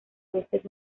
veces